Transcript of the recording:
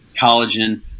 collagen